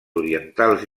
orientals